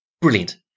Brilliant